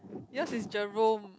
yours is Jerome